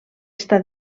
està